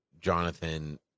Jonathan